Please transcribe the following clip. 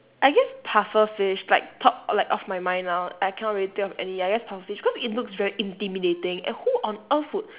I guess pufferfish like top like of my mind now I cannot really think of any ya just pufferfish cause it looks very intimidating and who on earth would